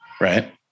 right